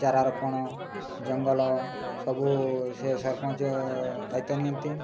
ଚାରା ରୋପଣ ଜଙ୍ଗଲ ସବୁ ସେ ସରପଞ୍ଚ ଦାୟିତ୍ୱ ନିଅନ୍ତି